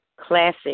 classic